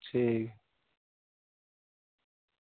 ठीक